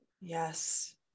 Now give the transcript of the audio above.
Yes